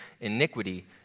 iniquity